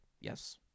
yes